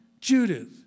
Judith